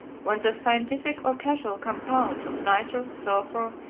when the scientific or casual compound of nitre, sulphur,